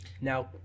Now